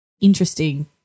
interesting